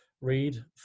read